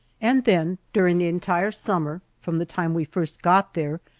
and then, during the entire summer, from the time we first got there,